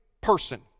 person